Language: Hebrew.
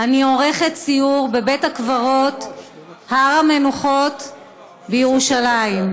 אני עורכת סיור בבית-הקברות הר המנוחות בירושלים,